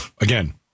Again